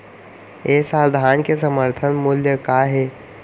ए साल धान के समर्थन मूल्य का हे?